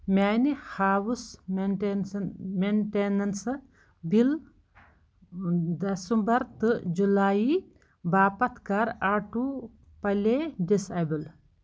میٛانہِ house maintenance maintenance bill دَسمبَر تہٕ جُلایی باپَتھ کَر آٹوٗ پٕلے ڈِسایبل